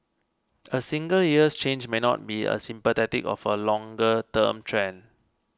a single year's change may not be symptomatic of a longer term trend